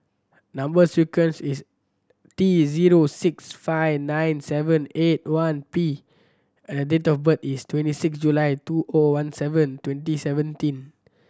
number sequence is T zero six five nine seven eight one P and date of birth is twenty six July two O one seven twenty seventeen